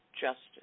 justice